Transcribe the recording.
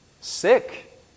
Sick